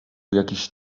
jakiś